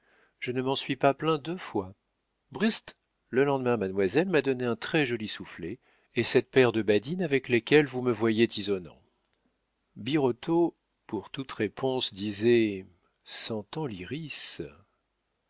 je ne m'en suis pas plaint deux fois bast le lendemain mademoiselle m'a donné un très-joli soufflet et cette paire de badines avec lesquelles vous me voyez tisonnant birotteau pour toute réponse disait sentant